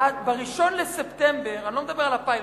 ואני לא מדבר על הפיילוט,